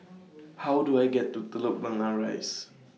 How Do I get to Telok Blangah Rise